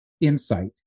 insight